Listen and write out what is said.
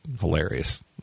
hilarious